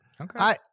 Okay